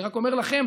אני רק אומר לכם,